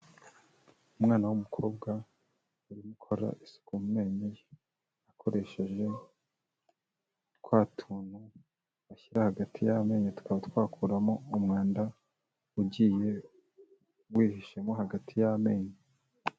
Umwana w'umukobwa urimo ukora isuku mu menyo ye akoresheje twa tuntu bashyira hagati y'amenyo tukaba twakuramo umwanda ugiye wihishemo hagati y'amenyo.